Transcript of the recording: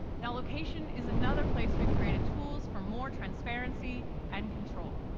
now, location is another place we've created tools for more transparency and control.